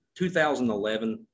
2011